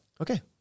Okay